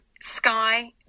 Sky